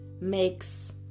makes